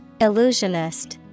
Illusionist